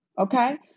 okay